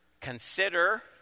Consider